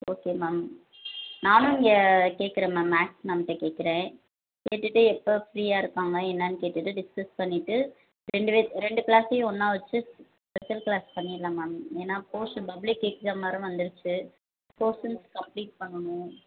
okay ma'am நானும் இங்கே கேக்கிறேன் மேம் மேக்ஸ் மேம்ட்ட கேக்கிறேன் கேட்டுவிட்டு எப்போ ஃப்ரீயாக இருப்பாங்க என்னென்னு கேட்டுவிட்டு டிஸ்கஸ் பண்ணிவிட்டு ரெண்டு பேர் ரெண்டு க்ளாஸையும் ஒன்றா வைச்சி ஸ்பெஷல் க்ளாஸ் பன்ணிடலாம் மேம் ஏன்னா போர்ஷன் பப்ளிக் எக்ஸாம் வேறு வந்துடுச்சி போர்ஷன்ஸ் கம்ப்ளீட் பண்ணணும்